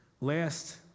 Last